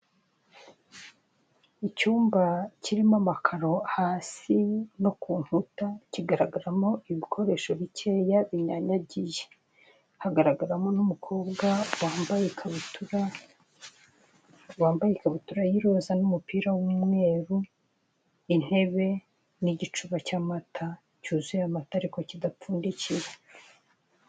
Icyumba kirimo amakaro hasi no ku nkuta kigaragaramo ibikoresho bikeya binyanyagiye, hagaragaramo n'umukobwa wambaye ikabutura, wambaye ikabutura y'iroza n'umupira w'umweru, intebe n'igicuba cy'amata, cyuzuye amata ariko kidapfundikiye.